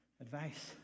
advice